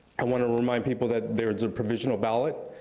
i wanna remind people that there's a provisional ballot.